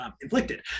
inflicted